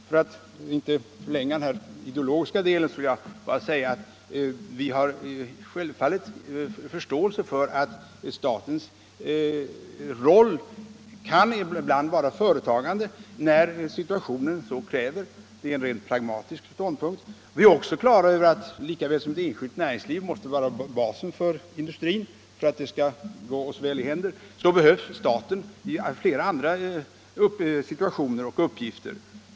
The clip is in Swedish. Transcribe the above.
För att inte förlänga den ideologiska delen av debatten vill jag säga att vi självfallet har förståelse för att statens roll ibland kan vara företagande, när situationen så kräver — det är en rent pragmatisk ståndpunkt — och vi är också på det klara med att, lika väl som ett enskilt näringsliv måste vara basen för industrin för att det skall gå oss väl i händer, lika väl behöver staten ingripa i flera andra situationer och uppgifter.